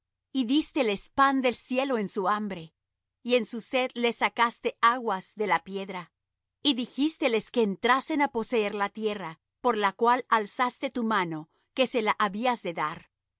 y dísteles pan del cielo en su hambre y en su sed les sacaste aguas de la piedra y dijísteles que entrasen á poseer la tierra por la cual alzaste tu mano que se la habías de dar mas